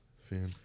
fan